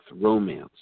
romance